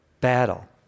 battle